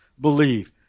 believe